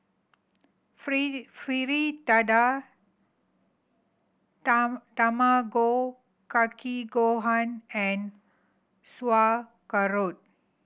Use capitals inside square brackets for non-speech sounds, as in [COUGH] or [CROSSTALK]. [UNINTELLIGIBLE] Fritada [UNINTELLIGIBLE] Tamago Kake Gohan and Sauerkraut